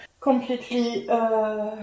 completely